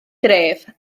dref